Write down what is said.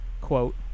Quote